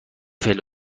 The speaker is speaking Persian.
فعل